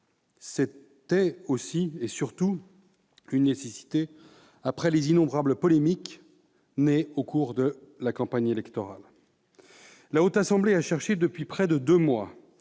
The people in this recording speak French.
C'était aussi, et surtout, une nécessité après les innombrables polémiques nées au cours de la campagne électorale. La Haute Assemblée a cherché, depuis près de deux mois,